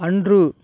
அன்று